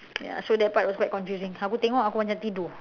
ya so that part was quite confusing aku tengok aku macam tidur